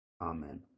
Amen